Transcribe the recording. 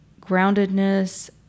groundedness